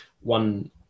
one